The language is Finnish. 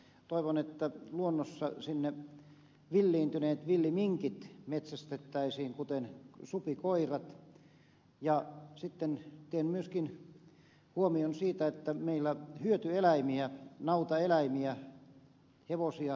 toivon että luonnossa sinne villiintyneet villiminkit metsästettäisiin kuten supikoirat ja sitten teen myöskin huomion siitä että meillä hyötyeläimiä nautaeläimiä hevosia teurastetaan